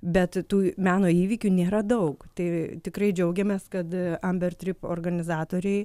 bet tų meno įvykių nėra daug tai tikrai džiaugiamės kad amber trip organizatoriai